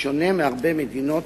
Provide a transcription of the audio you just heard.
בשונה מהרבה מדינות,